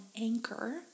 anchor